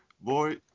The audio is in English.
Boy